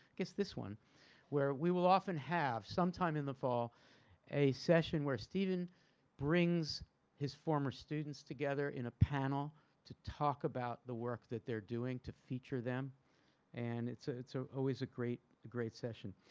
guess this one where we will often have some time in the fall a session where stephen brings his former students together in a panel to talk about the work that they're doing, to feature them and it's a it's so always a great, great session.